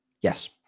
Yes